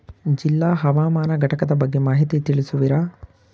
ಜಿಲ್ಲಾ ಹವಾಮಾನ ಘಟಕದ ಬಗ್ಗೆ ಮಾಹಿತಿ ತಿಳಿಸುವಿರಾ?